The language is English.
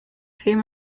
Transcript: few